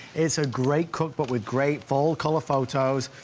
is a great cookbook with great full-color photos.